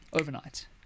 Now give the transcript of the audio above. overnight